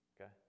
okay